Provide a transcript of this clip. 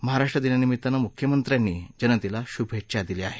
महाराष्ट्र दिनानिमित्त मुख्यमंत्र्यांनी जनतेला शुभेच्छा दिल्या आहेत